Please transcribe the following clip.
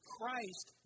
Christ